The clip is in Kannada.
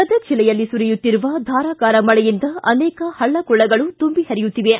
ಗದಗ ಜಿಲ್ಲೆಯಲ್ಲಿ ಸುರಿಯುತ್ತಿರುವ ಧಾರಾಕಾರ ಮಳೆಯಿಂದ ಅನೇಕ ಪಳ್ಳ ಕೊಳ್ಳಗಳು ತುಂಬಿ ಪರಿಯುತ್ತಿವೆ